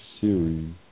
series